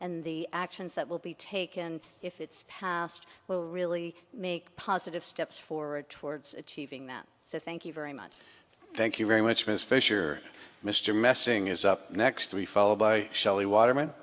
and the actions that will be taken if it's passed will really make positive steps forward towards achieving them so thank you very much thank you very much mr fisher mr messing is up next to be followed by shelley waterm